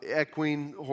equine